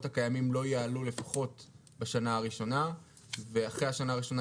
הקיימים לא יעלו לפחות בשנה הראשונה ואחרי השנה הראשונה